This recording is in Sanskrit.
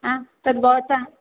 आ तद् भवतः